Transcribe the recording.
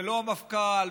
ולא המפכ"ל,